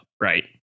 right